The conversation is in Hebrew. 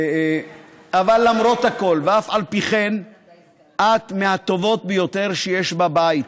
אבל למרות הכול ואף על פי כן את מהטובות ביותר שיש בבית,